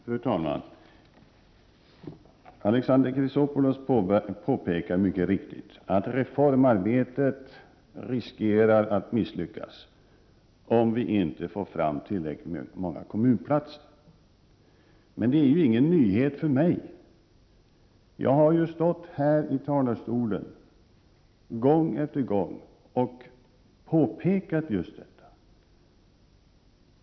Fru talman! Alexander Chrisopoulos påpekade mycket riktigt att reformarbetet riskerar att misslyckas om man inte får fram tillräckligt många kommunplatser. Men det är ingen nyhet för mig. Jag har stått här i talarstolen gång efter gång och påpekat just detta.